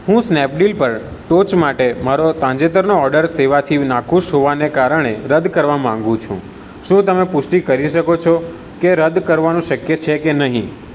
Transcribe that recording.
હું સ્નેપડીલ પર ટોચ માટે મારો તાજેતરનો ઓર્ડર સેવાથી નાખુશ હોવાને કારણે રદ કરવા માગું છું શું તમે પુષ્ટિ કરી શકો છો કે રદ કરવાનું શક્ય છે કે નહીં